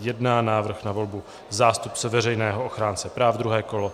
Bod 121, Návrh na volbu zástupce veřejného ochránce práv, druhé kolo.